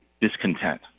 discontent